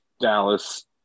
Dallas